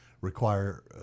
require